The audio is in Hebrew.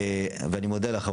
ואני מודה לך,